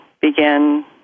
begin